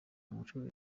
umuco